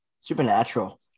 Supernatural